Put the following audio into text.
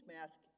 mask